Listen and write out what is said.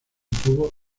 tuvo